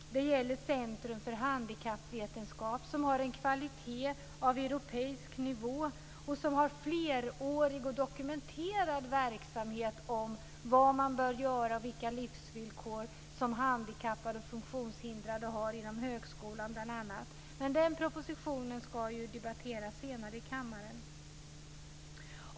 Det gäller Centrum för handikappvetenskap, som har en kvalitet på europeisk nivå och som har flerårig och dokumenterad verksamhet när det gäller vad man bör göra och vilka livsvillkor som handikappade och funktionshindrade har inom högskolan, bl.a. Men den propositionen ska ju debatteras senare i kammaren.